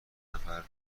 نفر